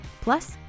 Plus